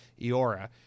Eora